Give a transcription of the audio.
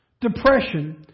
depression